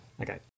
Okay